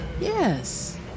Yes